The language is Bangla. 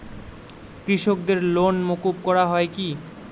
কৃষকদের লোন মুকুব করা হয় কি?